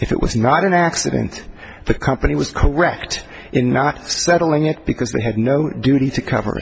if it was not an accident the company was correct in not settling it because they had no duty to cover